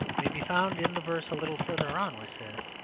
may be found in the verse a little farther on, which says